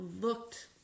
looked